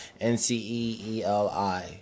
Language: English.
n-c-e-e-l-i